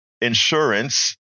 insurance